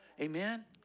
Amen